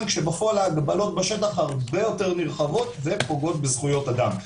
כשבפועל ההגבלות בשטח הרבה יותר נרחבות ופוגעות בזכויות אדם,